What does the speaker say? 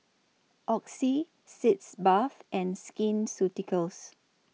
Oxy Sitz Bath and Skin Ceuticals